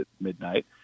midnight